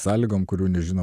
sąlygom kurių nežinom